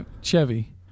Chevy